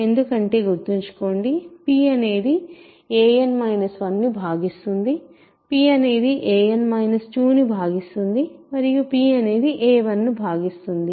ఎందుకంటే గుర్తుంచుకోండి p అనేది a n 1ను భాగిస్తుంది p అనేది a n 2 ను భాగిస్తుంది మరియు p అనేది a 1ను p అనేది a 0 ను భాగిస్తుంది